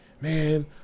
man